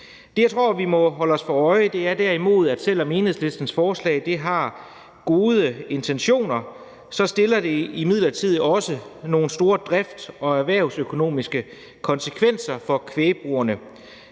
Det, jeg tror vi derimod må holde os for øje, er, at selv om Enhedslistens forslag har gode intentioner i sig, vil det imidlertid også have nogle store drifts- og erhvervsøkonomiske konsekvenser for kvægbrugene.